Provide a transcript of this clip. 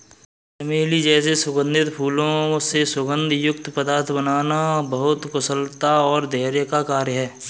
चमेली जैसे सुगंधित फूलों से सुगंध युक्त पदार्थ बनाना बहुत कुशलता और धैर्य का कार्य है